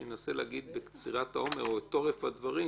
שינסה להגיד בקצירת העומר או את תורף הדברים